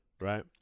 right